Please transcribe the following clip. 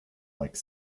like